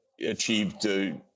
achieved